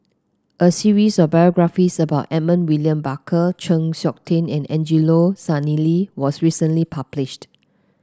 a series of biographies about Edmund William Barker Chng Seok Tin and Angelo Sanelli was recently published